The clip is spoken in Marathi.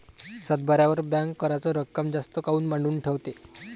सातबाऱ्यावर बँक कराच रक्कम जास्त काऊन मांडून ठेवते?